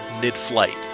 mid-flight